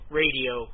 radio